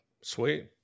Sweet